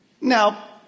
Now